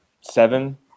seven